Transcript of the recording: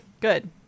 Good